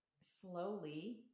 slowly